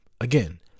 Again